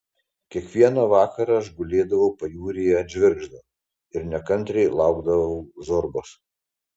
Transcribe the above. kiekvieną vakarą aš gulėdavau pajūryje ant žvirgždo ir nekantriai laukdavau zorbos